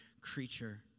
creature